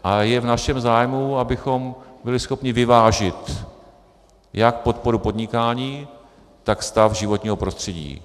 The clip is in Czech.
A je v našem zájmu, abychom byli schopni vyvážit jak podporu podnikání, tak stav životního prostředí.